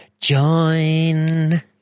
join